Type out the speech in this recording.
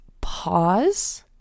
pause